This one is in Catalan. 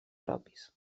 propis